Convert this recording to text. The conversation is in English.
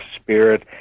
spirit